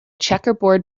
checkerboard